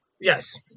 Yes